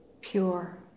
Pure